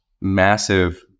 massive